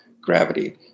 gravity